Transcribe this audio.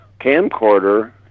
camcorder